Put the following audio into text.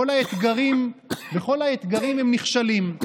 בכל האתגרים הם נכשלים.